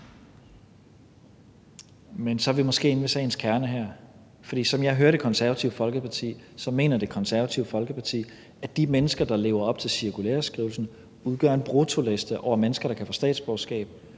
Men så er vi måske her inde ved sagens kerne. For som jeg hører Det Konservative Folkeparti, mener Det Konservative Folkeparti, at de mennesker, der lever op til cirkulæreskrivelsen, udgør en bruttoliste over mennesker, der kan få statsborgerskab,